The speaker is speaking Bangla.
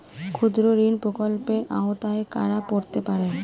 ক্ষুদ্রঋণ প্রকল্পের আওতায় কারা পড়তে পারে?